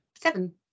seven